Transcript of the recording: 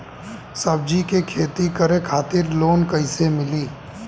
सब्जी के खेती करे खातिर लोन कइसे मिली?